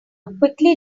quickly